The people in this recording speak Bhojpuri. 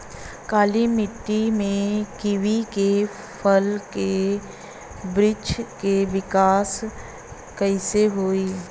काली मिट्टी में कीवी के फल के बृछ के विकास कइसे होई?